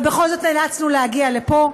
אבל בכל זאת נאלצנו להגיע לפה.